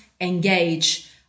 engage